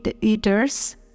eaters